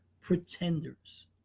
pretenders